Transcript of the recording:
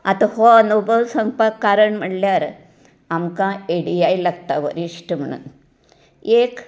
आता हो अनुभव सांगपा कारण म्हळ्यार आमकां एडीआय लागता वरिश्ठ म्हणून एक